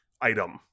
item